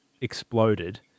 exploded